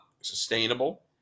sustainable